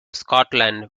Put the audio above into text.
scotland